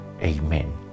Amen